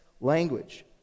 language